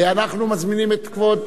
אנחנו מזמינים את כבוד,